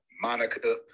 Monica